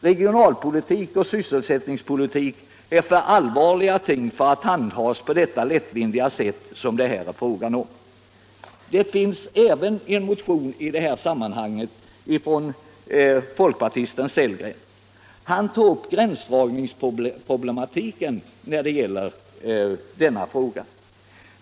Regionalpolitik och sysselsättningspolitik är för allvarliga ting för att handhas på det lättvindiga sätt som det här är fråga om. Det finns även en motion i detta sammanhang från folkpartisten herr Sellgren. Han har tagit upp gränsdragningsproblematiken.